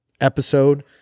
episode